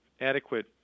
Adequate